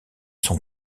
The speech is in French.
son